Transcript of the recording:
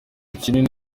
kinini